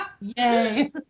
Yay